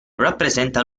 rappresenta